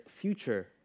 future